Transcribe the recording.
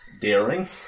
Daring